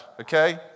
okay